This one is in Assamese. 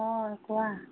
হয় কোৱা